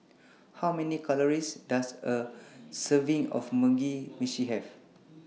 How Many Calories Does A Serving of Mugi Meshi Have